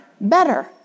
better